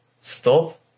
stop